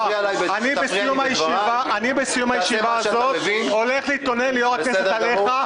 בסיום הישיבה הזו אני הולך להתלונן ליו"ר הכנסת עליך,